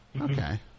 Okay